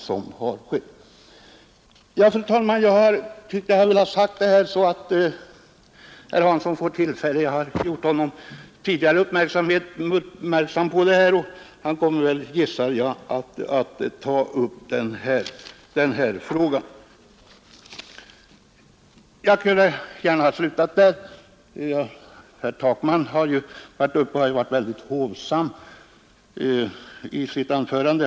Jag har, fru talman, velat säga detta till herr Hansson. Jag har tidigare gjort honom uppmärksam på dessa förhållanden, och jag förmodar att han kommer att ta upp frågan. Jag skulle ha kunnat sluta med detta, men jag vill ta upp något av vad herr Takman sade. Herr Takman var mycket hovsam i sitt anförande.